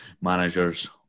managers